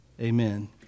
Amen